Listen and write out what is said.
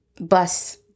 bus